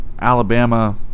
Alabama